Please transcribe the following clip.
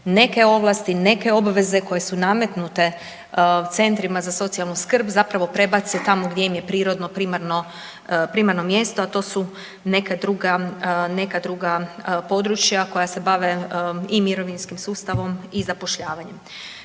neke ovlasti, neke obveze koje su nametnute centrima za socijalnu skrb zapravo prebace tamo gdje im je prirodno primarno mjesto, a to su neka druga područja koja se bave i mirovinskim sustavom i zapošljavanjem.